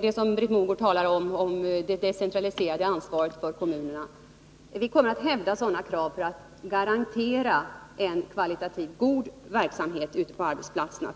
det av Britt Mogård omnämnda decentraliserade ansvaret för kommunerna, kommer vi därför att fortsätta att hävda sådana krav som garanterar en för eleverna kvalitativt god verksamhet ute på arbetsplatserna.